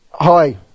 Hi